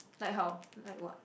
like how like what